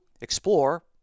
explore